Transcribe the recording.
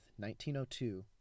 1902